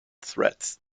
threads